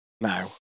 now